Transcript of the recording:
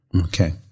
Okay